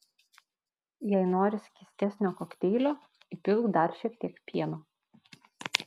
jei nori skystesnio kokteilio įpilk dar šiek tiek pieno